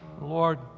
Lord